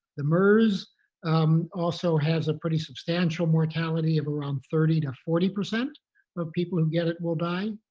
the mers also has a pretty substantial mortality of around thirty to forty percent of people who get it will die.